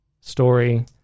story